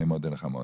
אני מודה לך מאוד.